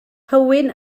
hywyn